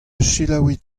selaouit